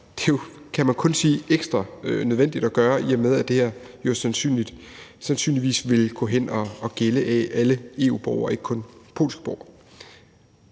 det kan man kun sige er ekstra nødvendigt, i og med at det her jo sandsynligvis vil gå hen og gælde alle EU-borgere og ikke kun polske borgere.